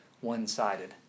one-sided